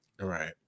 Right